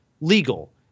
legal